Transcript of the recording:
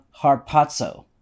harpazo